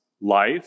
life